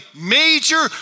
major